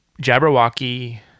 Jabberwocky